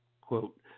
Quote